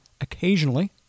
Occasionally